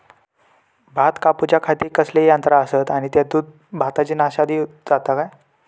भात कापूच्या खाती कसले यांत्रा आसत आणि तेतुत भाताची नाशादी जाता काय?